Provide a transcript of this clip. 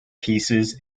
pieces